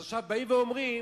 אז עכשיו באים ואומרים: